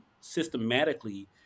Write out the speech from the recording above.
systematically